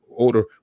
older